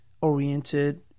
oriented